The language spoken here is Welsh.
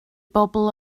bobl